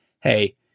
hey